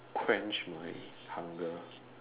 quench my hunger